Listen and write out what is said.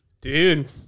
Dude